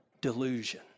delusion